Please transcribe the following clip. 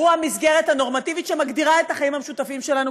חבריי חברי הכנסת,